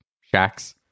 shacks